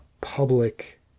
public